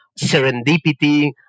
serendipity